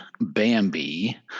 Bambi